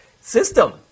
system